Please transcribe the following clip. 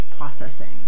processing